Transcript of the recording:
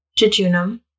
jejunum